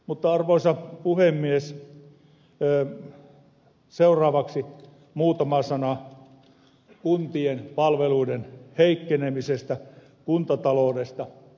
mutta arvoisa puhemies seuraavaksi muutama sana kuntien palveluiden heikkenemisestä kuntataloudesta